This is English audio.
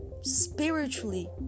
spiritually